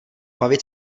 bavit